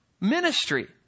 ministry